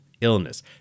illness